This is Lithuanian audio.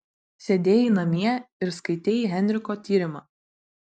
sėdėjai namie ir skaitei henriko tyrimą